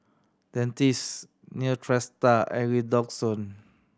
Dentiste Neostrata and Redoxon